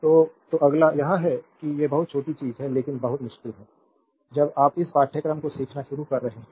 तो तो अगला यह है कि ये बहुत छोटी चीज़ हैं लेकिन बहुत मुश्किल है जब आप इस पाठ्यक्रम को सीखना शुरू कर रहे हैं